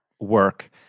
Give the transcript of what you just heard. work